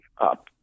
up